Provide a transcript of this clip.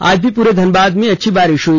आज भी पूरे धनबाद में अच्छी बारिश हुई